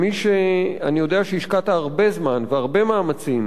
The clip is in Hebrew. אני יודע שהשקעת הרבה זמן והרבה מאמצים